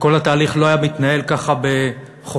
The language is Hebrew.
וכל התהליך לא היה מתנהל ככה בחופזה,